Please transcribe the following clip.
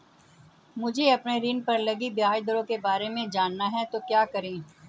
मुझे अपने ऋण पर लगी ब्याज दरों के बारे में जानना है तो क्या करें?